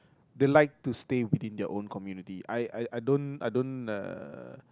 they like to stay within their own community I I don't I don't uh